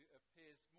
appears